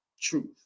truth